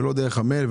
שלא דרך המייל.